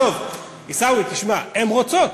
עזוב, עיסאווי, תשמע, הן רוצות.